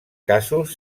casos